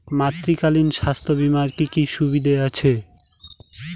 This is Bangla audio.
মাতৃত্বকালীন স্বাস্থ্য বীমার কি কি সুবিধে আছে?